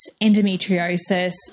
endometriosis